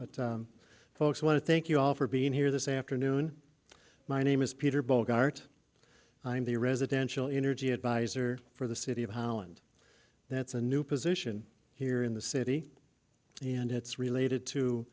but folks want to thank you all for being here this afternoon my name is peter bogart i'm the residential energy adviser for the city of holland that's a new position here in the city and it's related to